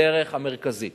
הדרך המרכזית